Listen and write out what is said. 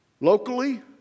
Locally